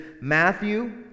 Matthew